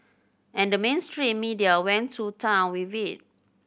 and the mainstream media went to town with it